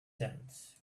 tent